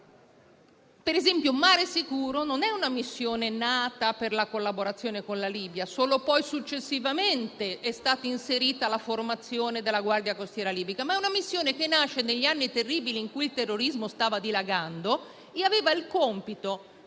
per esempio, Mare sicuro non è una missione nata per la collaborazione con la Libia (solo successivamente è stata inserita la formazione della Guardia costiera libica), ma nasce negli anni terribili in cui il terrorismo stava dilagando e aveva il compito del